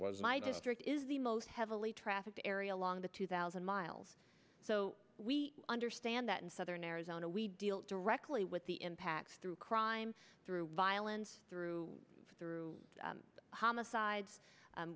was my district is the most heavily trafficked area along the two thousand miles so we understand that in southern arizona we deal directly with the impacts through crime through violence through through homicides